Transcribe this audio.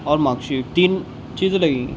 اور mark sheet تین چیزیں لگیں گی اچھا